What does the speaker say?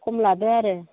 खम लादो आरो